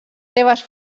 seves